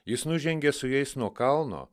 jis nužengė su jais nuo kalno